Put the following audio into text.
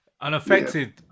Unaffected